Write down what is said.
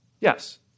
Yes